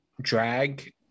drag